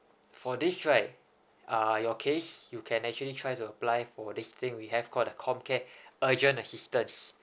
for this right uh your case you can actually try to apply for this thing we have call the com care urgent assistance